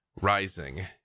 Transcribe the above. rising